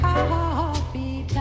Coffee